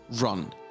Run